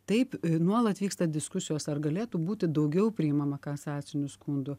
taip nuolat vyksta diskusijos ar galėtų būti daugiau priimama kasacinių skundų